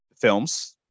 films